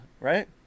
right